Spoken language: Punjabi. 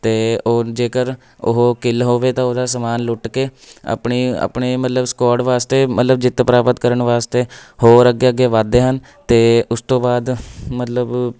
ਅਤੇ ਉਹ ਜੇਕਰ ਉਹ ਕਿੱਲ ਹੋਵੇ ਤਾਂ ਉਹਦਾ ਸਮਾਨ ਲੁੱਟ ਕੇ ਆਪਣੇ ਆਪਣੇ ਮਤਲਬ ਸਕੋਡ ਵਾਸਤੇ ਮਤਲਬ ਜਿੱਤ ਪ੍ਰਾਪਤ ਕਰਨ ਵਾਸਤੇ ਹੋਰ ਅੱਗੇ ਅੱਗੇ ਵੱਧਦੇ ਹਨ ਅਤੇ ਉਸ ਤੋਂ ਬਾਅਦ ਮਤਲਬ